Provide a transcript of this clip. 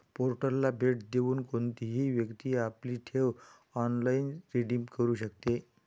पोर्टलला भेट देऊन कोणतीही व्यक्ती आपली ठेव ऑनलाइन रिडीम करू शकते